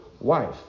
wife